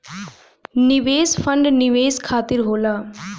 निवेश फंड निवेश खातिर होला